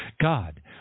God